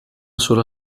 sola